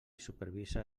supervisa